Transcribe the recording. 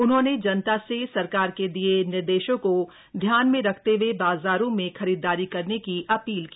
उन्होंने जनता से सरकार के दिए निर्देशों को ध्यान में रखते हए बाजारों में खरीदारी करने की अपील की